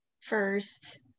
first